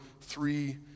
three